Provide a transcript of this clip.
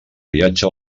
viatge